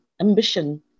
ambition